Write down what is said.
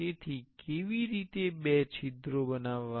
તેથી કેવી રીતે બે છિદ્રો બનાવવા